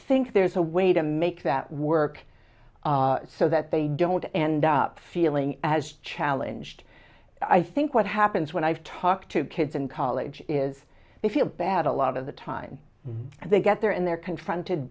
think there's a way to make that work so that they don't end up feeling as challenged i think what happens when i've talked to kids in college is they feel bad a lot of the time they get there and they're confronted